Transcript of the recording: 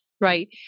right